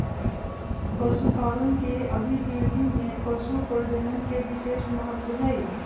पशुपालन के अभिवृद्धि में पशुप्रजनन के विशेष महत्त्व हई